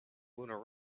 lunar